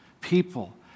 people